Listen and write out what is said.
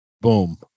boom